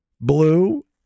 blue